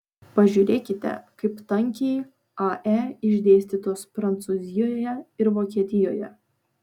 pažiūrėkite kaip tankiai ae išdėstytos prancūzijoje ir vokietijoje